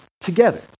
together